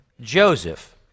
Joseph